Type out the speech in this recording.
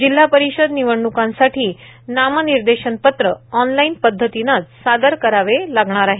जिल्हा परिषद निवडण्कासाठी नामनिर्देशनपत्र ऑनलाइन पद्धतीनेच सादर करावे लागणार आहेत